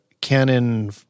Canon